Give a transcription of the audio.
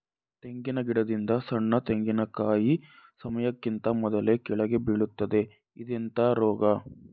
ತೆಂಗಿನ ಗಿಡದಿಂದ ಸಣ್ಣ ತೆಂಗಿನಕಾಯಿ ಸಮಯಕ್ಕಿಂತ ಮೊದಲೇ ಕೆಳಗೆ ಬೀಳುತ್ತದೆ ಇದೆಂತ ರೋಗ?